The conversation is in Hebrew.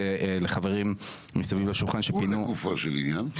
לחברים מסביב לשולחן שפינו --- ולגופו של עניין?